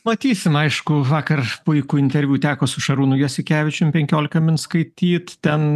matysim aišku vakar puikų interviu teko su šarūnu jasikevičiumi penkiolika min skaityt ten